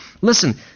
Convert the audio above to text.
listen